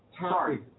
Sorry